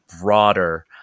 broader